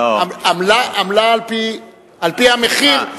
עמלה, עמלה על-פי המחיר.